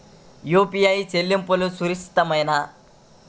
UPI చెల్లింపు సురక్షితమేనా?